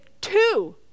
two